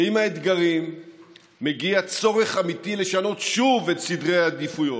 עם האתגרים מגיע צורך אמיתי לשנות שוב את סדרי העדיפויות.